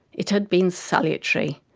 it has been salutary.